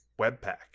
Webpack